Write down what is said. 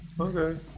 Okay